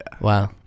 Wow